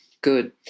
good